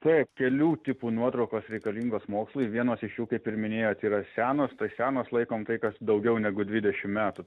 taip kelių tipų nuotraukos reikalingos mokslui vienos iš jų kaip ir minėjot yra senos senos laikom tai kas daugiau negu dvidešim metų